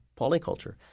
polyculture